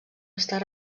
estar